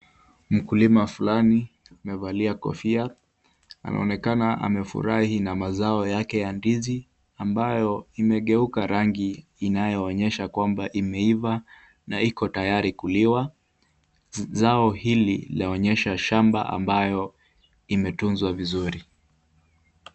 Mkulima flani amevalia kofia, anaonekana amefurahi na mazao yake ya ndizi, ambayo imegeuka rangi inayoonyesha kwambia imeiva na iko tayari kuliwa, zao hili laonyesha shamba ambalo limetunzwa vizuri.